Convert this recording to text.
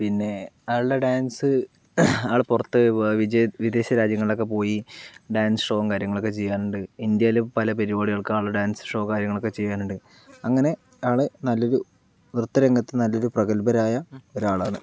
പിന്നെ അയാളുടെ ഡാൻസ് ആൾ പുറത്ത് വിജയ വിദേശ രാജ്യങ്ങളിലൊക്കെ പോയി ഡാൻസ് ഷോയും കാര്യങ്ങളുമൊക്കെ ചെയ്യാറുണ്ട് ഇന്ത്യയിലെ പല പരിപാടികൾക്കും അയാളുടെ ഡാൻസ് ഷോ കാര്യങ്ങളൊക്കെ ചെയ്യാനുണ്ട് അങ്ങനെ ആൾ നല്ലൊരു നൃത്ത രംഗത്ത് നല്ലൊരു പ്രഗത്ഭരായ ഒരാളാണ്